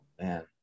Man